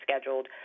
scheduled